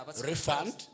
Refund